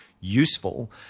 useful